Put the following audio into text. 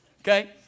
okay